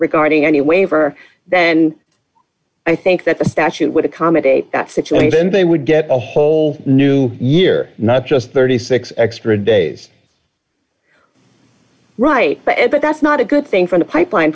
regarding any waiver then i think that the statute would accommodate that situation then they would get a whole new year not just thirty six dollars expert days right but that's not a good thing from the pipeline